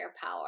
power